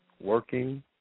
working